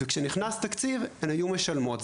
וכשנכנס תקציב הן היו משלמות.